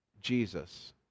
Jesus